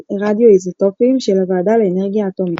רדיואיזוטופים של הוועדה לאנרגיה אטומית.